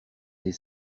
des